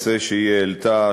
הנושא שהיא העלתה,